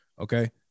okay